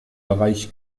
bereich